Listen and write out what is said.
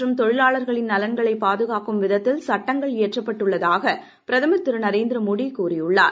மற்றும் தொழிலாளளர்களின் நலன்களை பாதுகாக்கும் விவசாயிகள் விதத்தில் சட்டங்கள் இயற்றப்பட்டுள்ளதாக பிரதமர் திரு நரேந்திரமோடி கூறியுள்ளார்